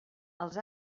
als